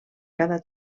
cada